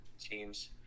teams